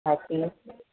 हा जी